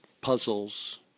puzzles